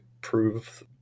prove